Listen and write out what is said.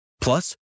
Plus